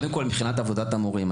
מבחינת עבודת המורים,